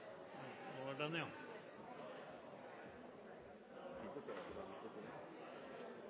Når de